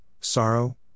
sorrow